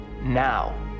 now